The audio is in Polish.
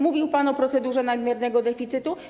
Mówił pan o procedurze nadmiernego deficytu.